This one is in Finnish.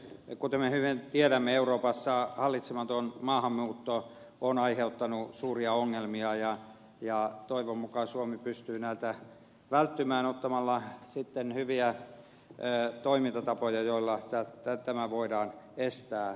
kuten me hyvin tiedämme euroopassa hallitsematon maahanmuutto on aiheuttanut suuria ongelmia ja toivon mukaan suomi pystyy näiltä välttymään ottamalla käyttöön hyviä toimintatapoja joilla tämä voidaan estää